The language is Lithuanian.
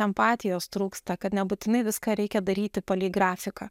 empatijos trūksta kad nebūtinai viską reikia daryti palei grafiką